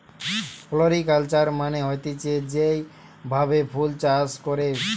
floriculture মানে হতিছে যেই ভাবে ফুল চাষ করে